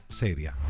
seria